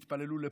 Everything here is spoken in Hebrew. יתפללו לפה,